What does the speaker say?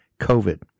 COVID